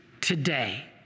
today